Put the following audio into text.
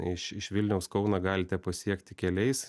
iš iš vilniaus kauno galite pasiekti keliais